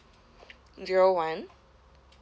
zero one